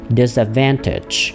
disadvantage